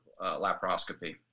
laparoscopy